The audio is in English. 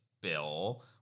bill